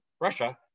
Russia